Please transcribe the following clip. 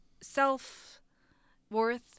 self-worth